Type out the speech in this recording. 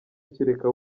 kereka